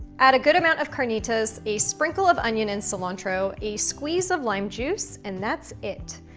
add a good amount of carnitas, a sprinkle of onion and cilantro, a squeeze of lime juice and that's it.